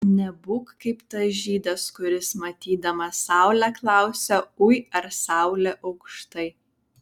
nebūk kaip tas žydas kuris matydamas saulę klausia ui ar saulė aukštai